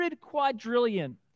quadrillion